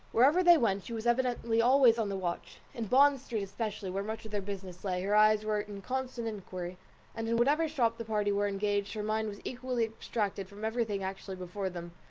wherever they went, she was evidently always on the watch. in bond street especially, where much of their business lay, her eyes were in constant inquiry and in whatever shop the party were engaged, her mind was equally abstracted from every thing actually before them,